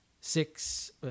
six